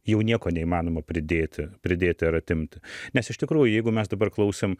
jau nieko neįmanoma pridėti pridėti ar atimti nes iš tikrųjų jeigu mes dabar klausėm